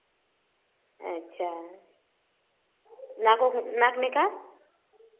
अच्छा नाक में नाक में का